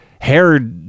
hair